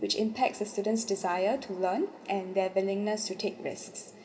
which impacts the students' desire to learn and their vileness to take risks